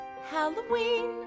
Halloween